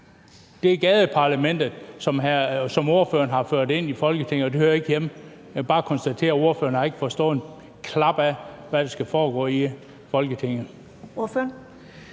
Det er gadeparlamentet, som ordføreren har ført ind i Folketinget, og her hører det ikke hjemme. Jeg vil bare konstatere, at ordføreren ikke har forstået et klap af, hvad der skal foregå i Folketinget.